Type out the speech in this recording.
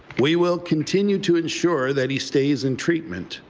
we will continue to ensure that he stays in treatment.